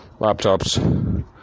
laptops